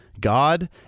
God